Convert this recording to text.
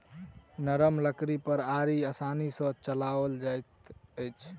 नरम लकड़ी पर आरी आसानी सॅ चलाओल जाइत अछि